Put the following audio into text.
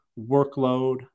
workload